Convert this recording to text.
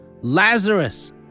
Lazarus